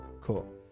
Cool